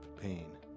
pain